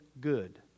good